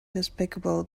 despicable